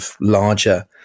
larger